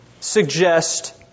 suggest